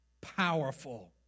powerful